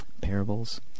parables